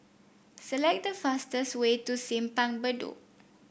select the fastest way to Simpang Bedok